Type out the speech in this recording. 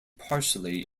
partially